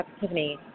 Tiffany